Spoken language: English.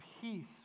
peace